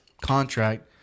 contract